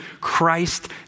Christ